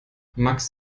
max